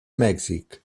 mèxic